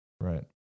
Right